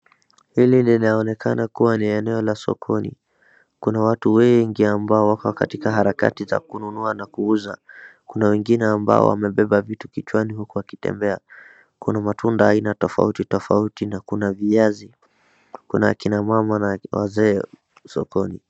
hili linaonekana kuwa ni eneo la sokoni. Kuna watu wengi ambao wako katika harakati za kununua na kuuza. Kuna wengine ambao wamebeba vitu kichwani huku wakitembea. Kuna matunda ya aina tofauto tofauti na kuna viazi. Kuna kinamama na wazee sokoni.